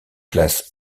classent